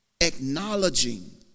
acknowledging